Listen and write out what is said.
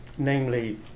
Namely